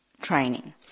training